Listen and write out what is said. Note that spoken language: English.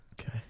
Okay